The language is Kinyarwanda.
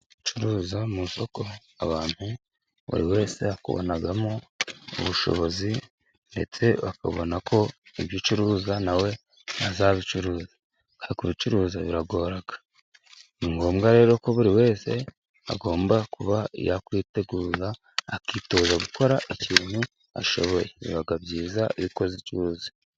Gucuruza mu isoko abantu buri wese akubonagamo ubushobozi, ndetse akabona ko ibyo ucuruza nawe azabicuruza, kubicuruza biragorana ni ngombwa rero ko buri wese agomba, kuba yakwitegura akitoza gukora ikintu ashoboye biba byiza ukoze icyo uzi.